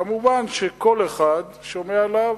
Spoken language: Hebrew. כמובן, כל אחד שומע לאו.